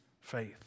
faith